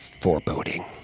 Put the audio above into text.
foreboding